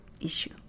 issue